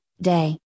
day